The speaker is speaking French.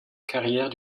carrière